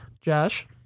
Josh